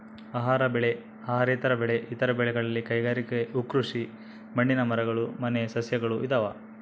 ಆಹಾರ ಬೆಳೆ ಅಹಾರೇತರ ಬೆಳೆ ಇತರ ಬೆಳೆಗಳಲ್ಲಿ ಕೈಗಾರಿಕೆ ಹೂಕೃಷಿ ಹಣ್ಣಿನ ಮರಗಳು ಮನೆ ಸಸ್ಯಗಳು ಇದಾವ